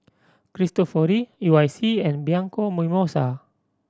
Cristofori U I C and Bianco Mimosa